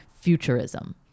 futurism